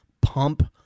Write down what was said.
pump